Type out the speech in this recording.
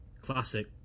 Classic